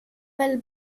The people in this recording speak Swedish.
väl